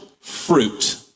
fruit